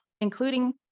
including